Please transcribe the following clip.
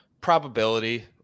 probability